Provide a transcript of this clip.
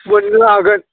मोननो हागोन